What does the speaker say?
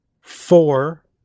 four